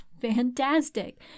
fantastic